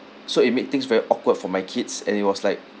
so it made things very awkward for my kids and it was like